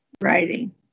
writing